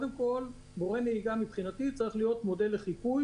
מורה נהיגה צריך להיות מבחינתי מודל לחיקוי.